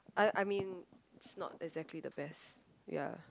I I mean it's not exactly the best ya